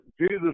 Jesus